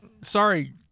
sorry